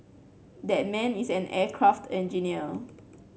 that man is an aircraft engineer